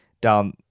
down